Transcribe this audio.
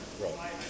Right